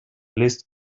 least